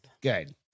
Good